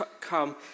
come